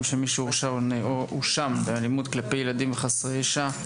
של מי שהורשע או הואשם באלימות כלפי ילדים וחסרי ישע,